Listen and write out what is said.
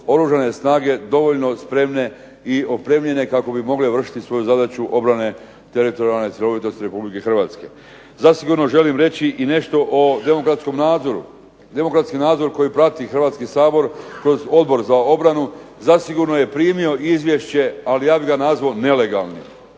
Oružane snage dovoljno spremne i opremljene kako bi mogle vršiti svoju zadaću obrane teritorijalne sposobnosti Republike Hrvatske. Zasigurno želim reći nešto o demokratskom nadzoru, demokratski nadzor koji vrši Hrvatski sabor kroz Odbor za obranu zasigurno je primio izvješće, ali ja bih ga nazvao nelegalnim.